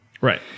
Right